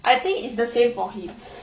I think it's the same for him